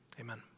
amen